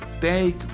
take